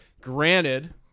granted